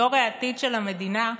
דור העתיד של המדינה,